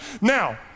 now